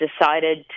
decided